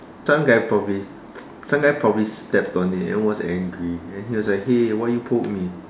some guy probably some guy probably stepped on it and was angry then he was like hey why you poke me